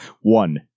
One